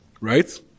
right